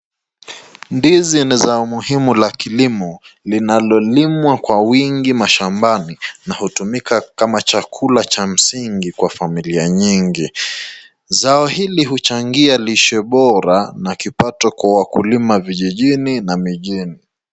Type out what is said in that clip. Ndizi ni za umuhimu la kilimo linalolimwa kwa wingi mashambani na hutumika kama chakula cha msingi kwa familia nyingi. Zao hili huchangia lishe bora na kipato kwa wakuillima vijijini na mijini.